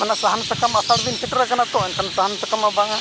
ᱢᱟᱱᱮ ᱥᱟᱦᱟᱱᱼᱥᱟᱠᱟᱢ ᱟᱥᱟᱲᱫᱤᱱ ᱥᱮᱴᱮᱨ ᱟᱠᱟᱱᱟ ᱛᱳ ᱮᱱᱠᱷᱟᱱ ᱥᱟᱦᱟᱱᱼᱥᱟᱠᱟᱢ ᱢᱟ ᱵᱟᱝᱟ